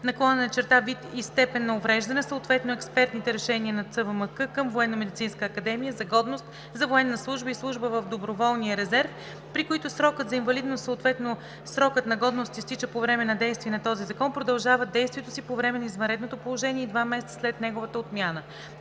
работоспособност/вид и степен на увреждане, съответно експертните решения на ЦВМК към Военномедицинската академия за годност за военна служба и служба в доброволния резерв, при които срокът на инвалидност, съответно срокът на годност изтича по време на действие на този закон, продължават действието си по време на извънредното положение и два месеца след неговата отмяна.